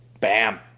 Bam